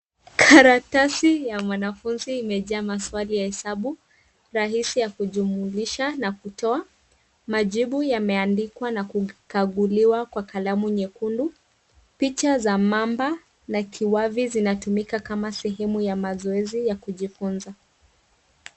Karatasi ya mwanafunzi imejaa maswali ya hesabu, rahisi ya kujumlisha na kutoa, majibu yameandikwa na kukaguliwa kwa kalamu nyekundu picha za mamba na kiwavi zinatumika kama sehemu ya mazoezi ya kujifunza.